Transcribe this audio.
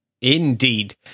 Indeed